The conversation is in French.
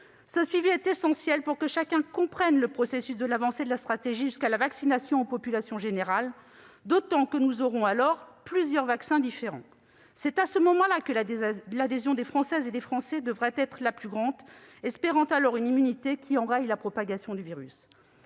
Ce suivi est essentiel pour que chacun comprenne le processus et l'avancée de la stratégie jusqu'à la vaccination de la population générale, d'autant que nous aurons alors plusieurs vaccins différents. C'est à ce moment-là que l'adhésion des Françaises et des Français devra être la plus grande, dans l'espoir d'une immunité qui enraye la propagation du virus.